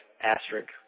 asterisk